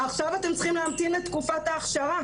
עכשיו אתן צריכות להמתין לתקופת ההכשרה